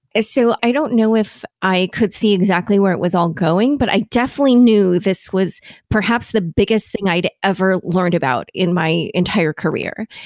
ah so i don't know if i could see exactly where it was all going, but i definitely knew this was perhaps the biggest thing i'd ever learned about in my entire career.